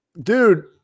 dude